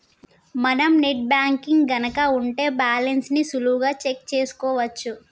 మనం net banking గనక ఉంటే బ్యాలెన్స్ ని సులువుగా చెక్ చేసుకోవచ్చు